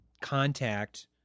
contact